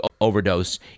overdose